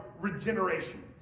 regeneration